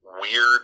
weird